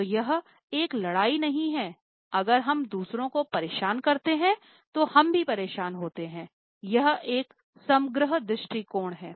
तो यह एक लड़ाई नहीं है अगर हम दूसरों को परेशान करते हैं तो हम भी परेशान होते हैं यह एक समग्र दृष्टिकोण हैं